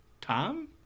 Tom